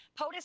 POTUS